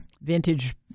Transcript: vintage